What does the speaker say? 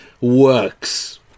works